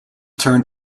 turned